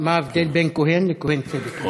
מה ההבדל בין כהן לכהן צדק?